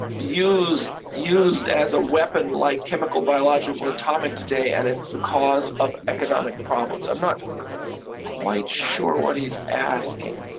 used used as a weapon like chemical, biological, atomic today, and it's the cause of economic problems. i'm not quite sure what he's asking.